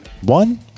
One